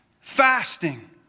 fasting